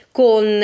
con